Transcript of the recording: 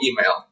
email